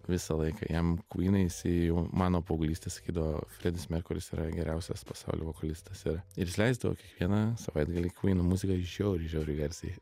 visą laiką jam kvynai jisai jau mano paauglystėj skydavo fredis merkuris yra geriausias pasauly vokalistas ir ir jis leisdavo kiekvieną savaitgalį kvynų muziką žiauriai žiauriai garsiai